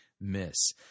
miss